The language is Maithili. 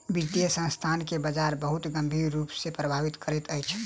वित्तीय संस्थान के बजार बहुत गंभीर रूप सॅ प्रभावित करैत अछि